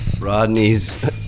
rodney's